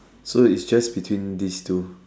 so it's just between these two